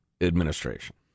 administration